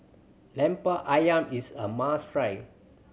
Lemper Ayam is a must try